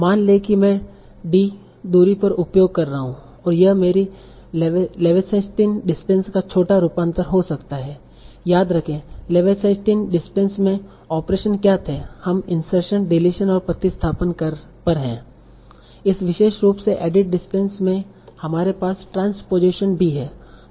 मान लें कि मैं d l दूरी पर उपयोग कर रहा हूँ यह मेरी लेवेंसाइटिन डिस्टेंस का छोटा रूपांतर हो सकता है याद रखें लेवेंसाइटिन डिस्टेंस में ऑपरेशन्स क्या थे हम इंसर्शन डिलीशन और प्रतिस्थापन पर है इस विशेष रूप से एडिट डिस्टेंस में हमारे पास ट्रांसपोज़ेशन भी है